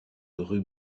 rue